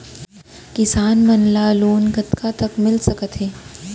किसान मन ला लोन कतका तक मिलिस सकथे?